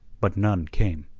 but none came.